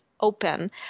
open